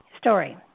story